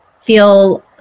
feel